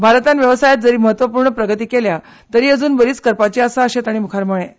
भारतान वेवसायांत जरी म्हत्वपूर्ण प्रगती केल्या तरी अजून बरीच करपाची आसा अशेंय तांणी मुखार म्हळें